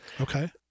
okay